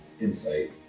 Insight